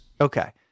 Okay